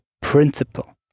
principle